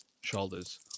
shoulders